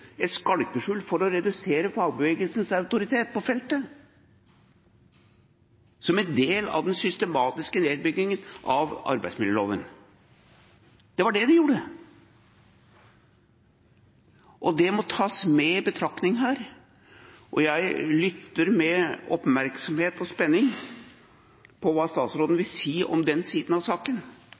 skalkeskjul for å redusere fagbevegelsens autoritet på feltet som en del av den systematiske nedbyggingen av arbeidsmiljøloven. Det var det de gjorde. Det må tas med i betraktning her. Og jeg lytter med oppmerksomhet og spenning på hva statsråden vil si om den siden av saken,